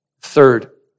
Third